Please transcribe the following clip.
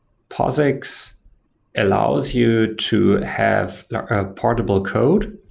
posix allows you to have portable code,